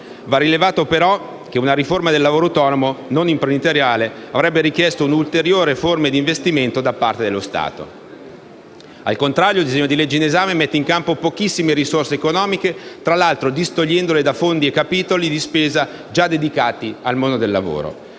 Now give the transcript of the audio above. Va rilevato, però, che una riforma del lavoro autonomo non imprenditoriale avrebbe richiesto ulteriore forme di investimento da parte dello Stato. Al contrario, il disegno di legge in esame mette in campo pochissime risorse economiche, tra l’altro distogliendole da fondi e capitoli di spesa già dedicati al mondo del lavoro.